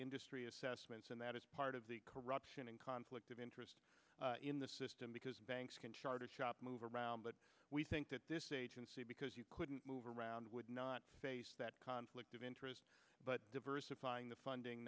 industry assessments and that is part of the corruption and conflict of interest in the system because banks can charge shop move around but we think that this agency because you couldn't move around would not face that conflict of interest but diversifying the funding